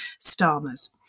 Starmer's